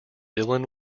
dylan